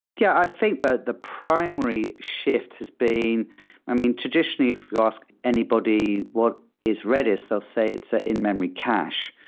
yeah, i think that the primary shift has been i mean, traditionally, if you ask anybody what is redis, they'll say it's an ah in-memory cache.